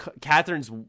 Catherine's